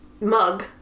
mug